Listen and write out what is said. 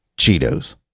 Cheetos